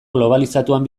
globalizatuan